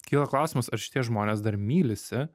kyla klausimas ar šitie žmonės dar mylisi